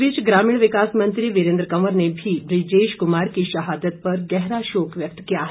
इस बीच ग्रामीण विकास मंत्री वीरेन्द्र कंवर ने भी बुजेश कुमार की शहादत पर गहरा शोक व्यक्त किया है